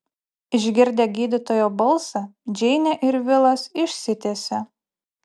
išgirdę gydytojo balsą džeinė ir vilas išsitiesė